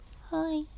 Hi